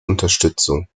unterstützung